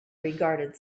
regarded